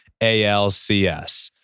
ALCS